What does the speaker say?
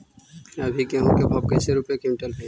अभी गेहूं के भाव कैसे रूपये क्विंटल हई?